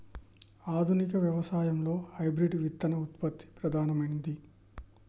ఆధునిక వ్యవసాయం లో హైబ్రిడ్ విత్తన ఉత్పత్తి ప్రధానమైంది